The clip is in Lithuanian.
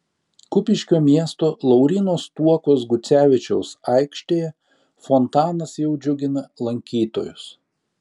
kupiškio miesto lauryno stuokos gucevičiaus aikštėje fontanas jau džiugina lankytojus